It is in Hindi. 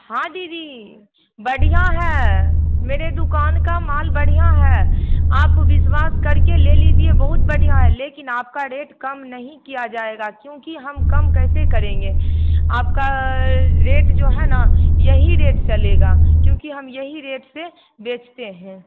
हाँ दीदी बढ़िया है मेरे दुकान का माल बढ़िया है आप विश्वास करके ले लीजिए बहुत बढ़िया है लेकिन आपका रेट कम नहीं किया जाएगा क्योंकि हम कम कैसे करेंगे आपका रेट जो है ना यही रेट चलेगा क्यूँकि हम यही रेट से बेचते हैं